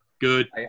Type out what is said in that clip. Good